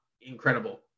incredible